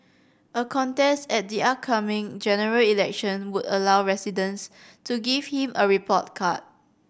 a contest at the upcoming General Election would allow residents to give him a report card